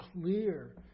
clear